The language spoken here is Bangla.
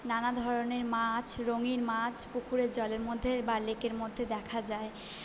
নানা ধরনের মাছ রঙিন মাছ পুকুরের জলের মধ্যে বা লেকের মধ্যে দেখা যায়